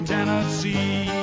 Tennessee